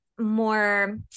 more